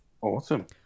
Awesome